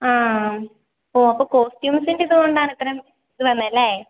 ആം ഓ അപ്പോൾ കോസ്റ്റുംസിൻ്റെ ഇതു കൊണ്ടാണ് ഇത്രയും ഇത് വന്നത് അല്ലേ